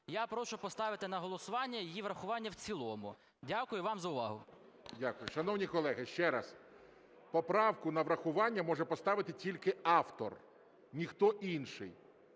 Я прошу поставити на голосування її врахування в цілому. Дякую вам за увагу. ГОЛОВУЮЧИЙ. Дякую. Шановні колеги, ще раз, поправку на врахування може поставити тільки автор, ніхто інший,